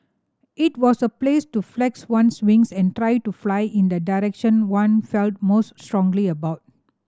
it was a place to flex one's wings and try to fly in the direction one felt most strongly about